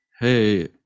hey